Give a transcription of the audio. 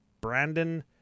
Brandon